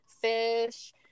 fish